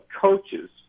coaches